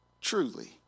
truly